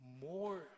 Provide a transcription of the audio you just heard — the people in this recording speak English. more